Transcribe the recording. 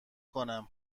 کنم